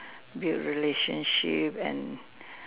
build relationship and